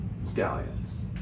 scallions